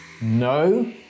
no